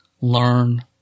Learn